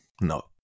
No